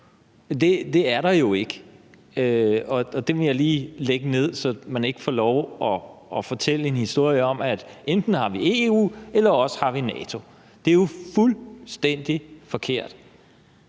NATO er der jo ikke, og den vil jeg lige lægge ned, så man ikke får lov at fortælle en historie om, at enten har vi EU, eller også har vi NATO. Det er jo fuldstændig forkert.